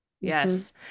Yes